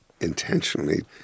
intentionally